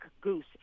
goose